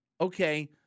okay